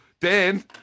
Dan